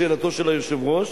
לשאלתו של היושב-ראש,